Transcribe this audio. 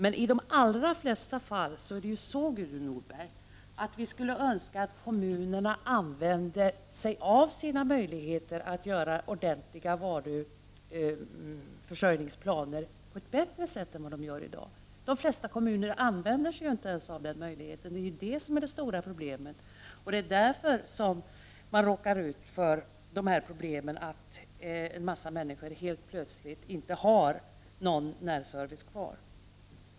I de allra flesta fall, Gudrun Norberg, skulle vi önska att kommunerna använde sig av sina möjligheter att göra ordentliga varuförsörjningsplaner på ett bättre sätt än de gör i dag. De flesta kommuner använder sig inte av denna möjlighet. Det är det stora problemet. Det är därför som man råkar ut för problemet att en hel del människor plötsligt inte har någon närservice kvar.